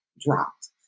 dropped